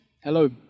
Hello